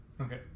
Okay